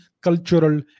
cultural